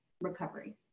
recovery